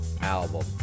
album